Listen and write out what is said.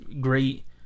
great